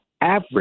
average